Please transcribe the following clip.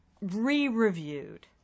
re-reviewed